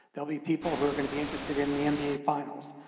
there'll be people who are going to be interested in the nba finals.